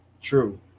True